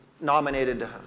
nominated